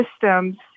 systems